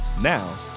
Now